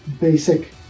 basic